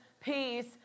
peace